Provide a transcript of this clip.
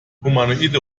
humanoide